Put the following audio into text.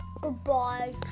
Goodbye